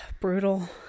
Brutal